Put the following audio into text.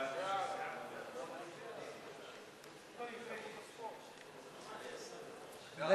ההצעה להעביר את הצעת חוק הספורט (תיקון מס' 7)